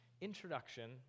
introduction